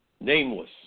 nameless